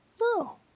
No